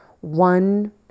One